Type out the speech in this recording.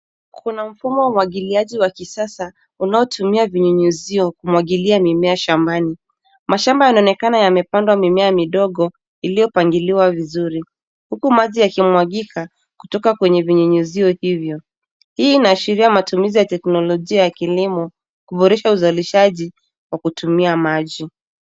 Kuna mfumo wa umwagiliaji wa kisasa unaotumia vinyunyizio kumwagilia mimea shambani. Mashamba yanaonekana yamepandwa mimea midogo iliyopangiliwa vizuri. Huku maji yakimwagika kutoka kwenye vinyunyizio hivyo. Hii inaashiria matumizi ya teknolojia ya kilimo, kuboresha uzalishaji wa kutumia maji.